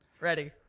Ready